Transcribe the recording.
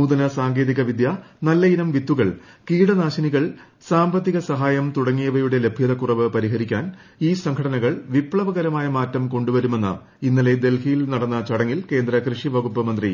നൂതന സാങ്കേതിക വിദ്യ നല്ലയിനം വിത്തുകൾ കീടനാശിനികൾ സാമ്പത്തിക സഹായം തുടങ്ങിയവയുടെ ലഭ്യതക്കുറവ് പരിഹരിക്കാൻ ഈ സംഘടനകൾ വിപ്ലവകൂരമായ മാറ്റം കൊണ്ടുവരുമെന്ന് ഇന്നലെ ഡൽഹിയിൽ ഹൃട്ട്നു ചടങ്ങിൽ കേന്ദ്ര കൃഷിവകുപ്പ് മന്ത്രി